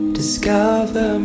discover